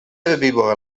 herbívor